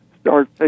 start